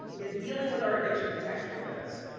is dealing with our addiction to textual notes.